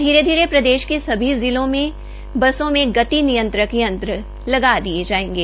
धीरे धीरे प्रदेश के सभी जिलों में बसों में गति नियंत्रक यत्र लगा दिये जायेंगे